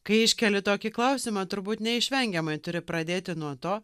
kai iškeli tokį klausimą turbūt neišvengiamai turi pradėti nuo to